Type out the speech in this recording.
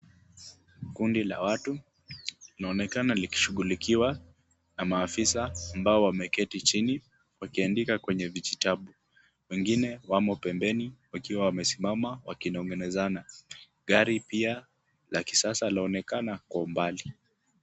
Kundi la watu laonekana likishughulikiwa na maafisa ambao wameketi chini wakiandika kwenye vijitabu. Wengine wamo pembeni wakiwa wamesimama wakinong'onezana. Gari pia la kisasa laonekana kwa umbali.